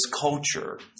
culture